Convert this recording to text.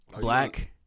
black